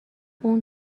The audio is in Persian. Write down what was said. اون